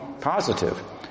Positive